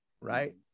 right